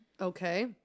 Okay